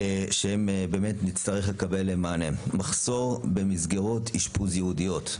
שבאמת נצטרך לקבל מענה עליהן: מחסור במסגרות אישפוז ייעודיות,